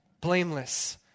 blameless